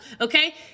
Okay